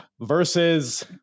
Versus